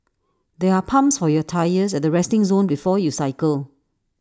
there are pumps for your tyres at the resting zone before you cycle